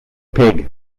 pig